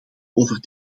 over